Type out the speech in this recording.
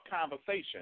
conversation